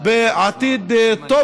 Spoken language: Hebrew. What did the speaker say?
טוב יותר בעתיד,